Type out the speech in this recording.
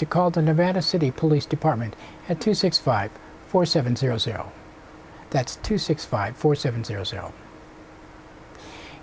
to call to nevada city police department at two six five four seven zero zero that's two six five four seven zero zero